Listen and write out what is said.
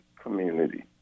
community